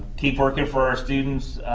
keep working for our students,